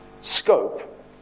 scope